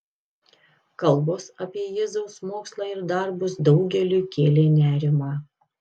kalbos apie jėzaus mokslą ir darbus daugeliui kėlė nerimą